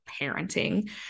parenting